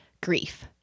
grief